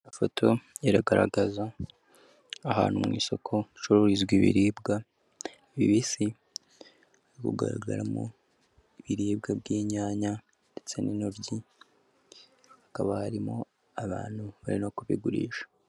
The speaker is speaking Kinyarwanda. Ifoto iragaragaza ahantu mu isoko hacururizwa ibiribwa bibisi, hari kugaragaramo ibiribwa bw'inyanya ndetse n'intoryi, hakaba harimo abantu bari no kubigurisha.